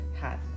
hat